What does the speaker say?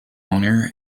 owner